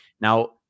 Now